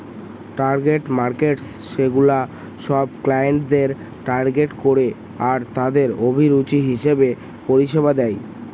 target markets সেগুলা সব ক্লায়েন্টদের টার্গেট করে আরতাদের অভিরুচি হিসেবে পরিষেবা দেয়